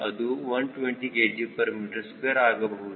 ಅದು 120 kgm2 ಆಗಬಹುದು